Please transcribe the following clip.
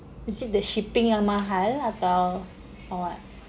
is it the shipping yang mahal atau or what